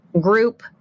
group